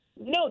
No